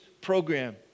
program